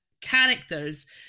characters